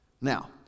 Now